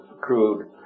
crude